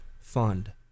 fund